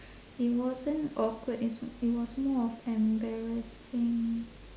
it wasn't awkward it's it was more of embarrassing